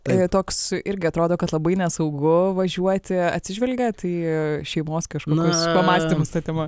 tai toks irgi atrodo kad labai nesaugu važiuoti atsižvelgiat į šeimos kažkokius pamąstymus ta tema